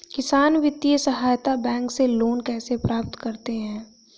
किसान वित्तीय सहायता बैंक से लोंन कैसे प्राप्त करते हैं?